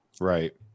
Right